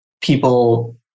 people